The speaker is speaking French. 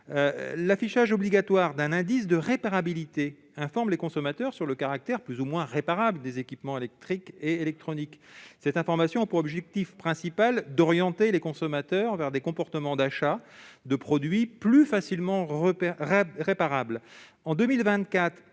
L'affichage obligatoire d'un indice de réparabilité permet d'informer les consommateurs sur le caractère plus ou moins réparable des équipements électriques et électroniques. Cette information a pour objet principal d'orienter les consommateurs vers des comportements d'achat de produits plus facilement réparables.